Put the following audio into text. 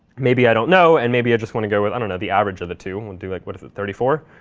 maybe i don't know. and maybe i just want to go with, i don't know, the average of the two. we'll do like, what is it, thirty four?